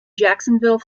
jacksonville